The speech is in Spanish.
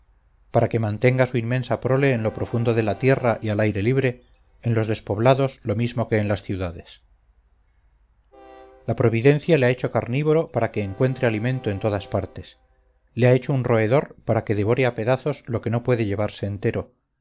para que mantenga su inmensa prole en lo profundo de la tierra y al aire libre en los despoblados lo mismo que en las ciudades la providencia le ha hecho carnívoro para que encuentre alimento en todas partes le ha hecho un roedor para que devore a pedazos lo que no puede llevarse entero